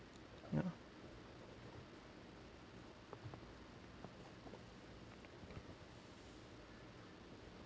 ya